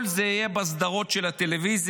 כל זה יהיה בסדרות של הטלוויזיה.